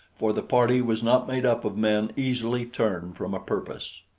for the party was not made up of men easily turned from a purpose.